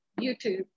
YouTube